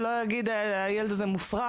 ולא להגיד: הילד הזה מופרע,